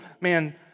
man